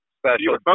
special